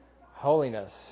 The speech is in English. Holiness